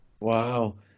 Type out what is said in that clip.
Wow